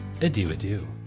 adieu-adieu